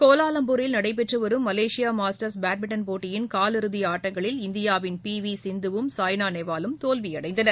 கோலாலம்பூரில் நடைபெற்று வரும் மலேசியா மாஸ்டர்ஸ் பேட்மிண்டன் போட்டியின் காலிறுதி ஆட்டங்களில் இந்தியாவின் பி வி சிந்துவும் சாய்னா நேவாலும் தோல்வியடைந்தனர்